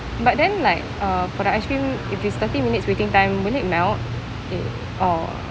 but then like uh for the ice cream if it's thirty minutes waiting time won't it melt err or